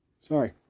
sorry